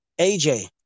AJ